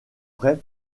vrai